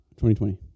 2020